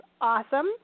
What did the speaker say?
awesome